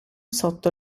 sotto